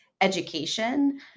education